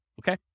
okay